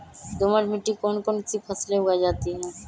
दोमट मिट्टी कौन कौन सी फसलें उगाई जाती है?